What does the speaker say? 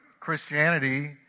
Christianity